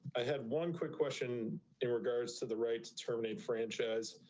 i have one quick question in regards to the right to terminate franchise,